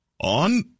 on